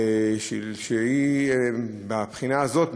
שמהבחינה הזאת,